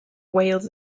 whales